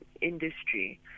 industry